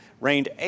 reigned